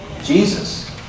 Jesus